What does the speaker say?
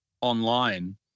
online